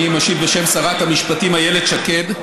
אני משיב בשם שרת המשפטים איילת שקד.